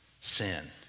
sin